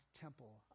temple